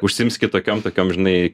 užsiims kitokiom tokiom žinai